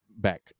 back